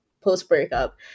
post-breakup